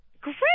Great